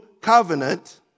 covenant